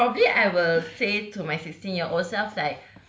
probably I will say to my sixteen year old self like